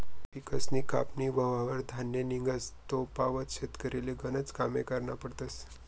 पिकसनी कापनी व्हवावर धान्य निंघस तोपावत शेतकरीले गनज कामे करना पडतस